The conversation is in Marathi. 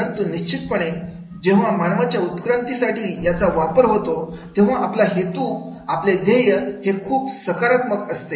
परंतु निश्चितपणे जेव्हा मानवाच्या उत्क्रांती साठी याचा वापर होतो तेव्हा आपला हेतू आपले ध्येय हे खूप सकारात्मक असते